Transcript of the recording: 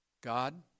God